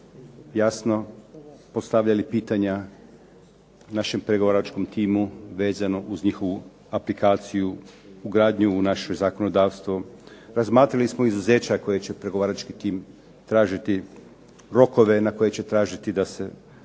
jasno postavljali čitanja našem pregovaračkom timu vezano uz njihovu aplikaciju, ugradnju u naše zakonodavstvo. Razmatrali smo izuzeća koje će pregovarački tim tražiti, rokove na koje će tražiti da se ta